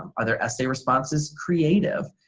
um are their essay responses creative,